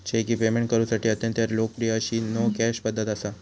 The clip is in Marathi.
चेक ही पेमेंट करुसाठी अत्यंत लोकप्रिय अशी नो कॅश पध्दत असा